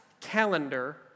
calendar